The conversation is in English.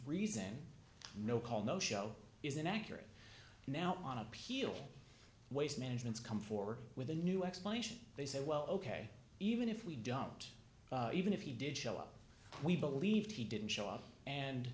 reason no call no show is inaccurate now on appeal waste management's come forward with a new explanation they say well ok even if we don't even if he did show up we believe he didn't show up and